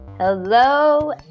Hello